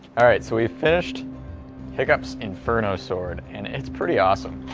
alright! so we've finished hiccups inferno sword. and it's pretty awesome.